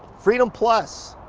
freedom plus,